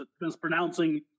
mispronouncing